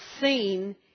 seen